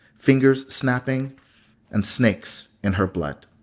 fingers snapping and snakes in her blood